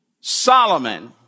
Solomon